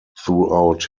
throughout